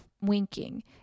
winking